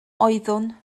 oeddwn